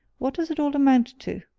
what does it all amount to!